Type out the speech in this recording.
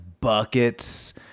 buckets